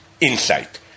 insight